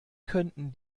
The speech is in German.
könnten